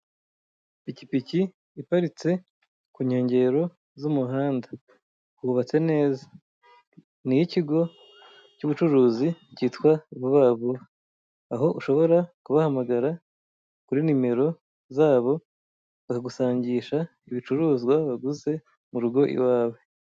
Ipikipiki iparitse ku nyengero z'umuhanda. Hubatse neza. Ni iyi kigo cy'ubucuruzi kitwa vuba vuba. Aho ushobora kubahamagara kuri nimero zabo bakagusangisha ibicuruzwa waguze mu rugo iwawe.